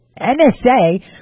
NSA